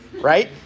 right